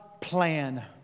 plan